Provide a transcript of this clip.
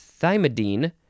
thymidine